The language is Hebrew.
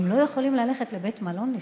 הם לא יכולים ללכת לבית מלון לפעמים.